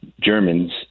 Germans